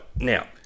now